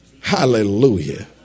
Hallelujah